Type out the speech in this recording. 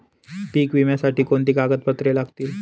पीक विम्यासाठी कोणती कागदपत्रे लागतील?